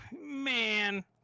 man